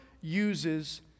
uses